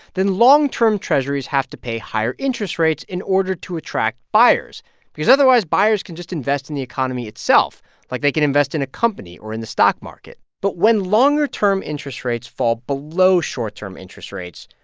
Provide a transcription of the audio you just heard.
then long-term treasurys have to pay higher interest rates in order to attract buyers because otherwise, buyers can just invest in the economy itself like they can invest in a company or in the stock market. but when longer-term interest rates fall below short-term interest rates,